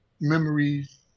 memories